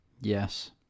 Yes